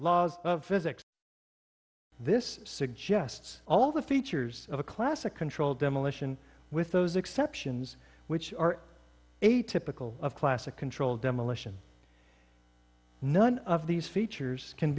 laws of physics this suggests all the features of a classic controlled demolition with those exceptions which are atypical of classic controlled demolition none of these features can